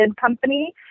company